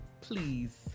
Please